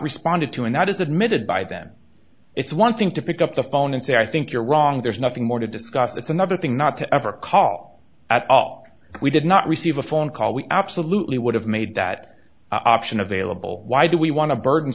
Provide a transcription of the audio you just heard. responded to and that is admitted by them it's one thing to pick up the phone and say i think you're wrong there's nothing more to discuss that's another thing not to ever call at all we did not receive a phone call we absolutely would have made that option available why do we want to burden